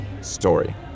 story